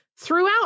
Throughout